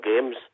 Games